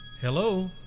Hello